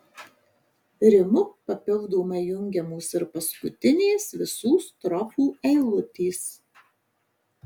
rimu papildomai jungiamos ir paskutinės visų strofų eilutės